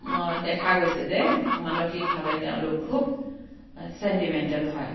দেখা গৈছে যে মানসিকভাৱে তেওঁলোক খুব চেণ্টিমেণ্টেল হয়